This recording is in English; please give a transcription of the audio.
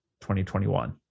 2021